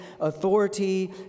authority